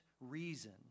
reason